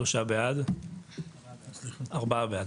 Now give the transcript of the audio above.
הצבעה בעד,